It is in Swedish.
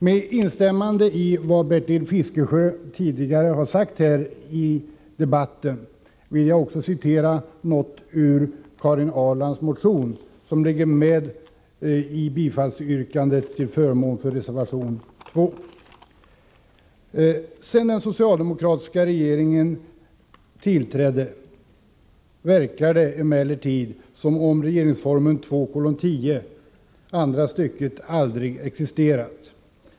Med instämmande i vad Bertil Fiskesjö tidigare har sagt här i debatten vill jag citera följande ur Karin Ahrlands motion, som tillstyrks i reservation 2: ”Sedan den socialdemokratiska regeringen tillträdde verkar det emellertid som om RF 2:10 andra stycket aldrig existerat.